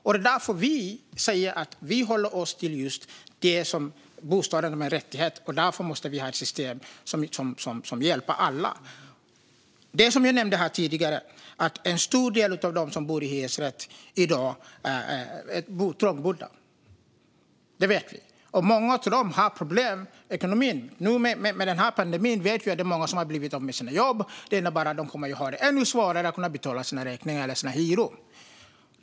Det är därför vi säger att vi håller oss till att bostaden är en rättighet. Därför måste vi ha ett system som hjälper alla. Det är som jag nämnde tidigare. En stor del av dem som bor i hyresrätt i dag är trångbodda. Det vet vi. Många av dem har problem med ekonomin. Vi vet att det är många som under pandemin har blivit av med sina jobb. Det innebär att de kommer att ha det ännu svårare att kunna betala sina räkningar och sina hyror.